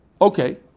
Okay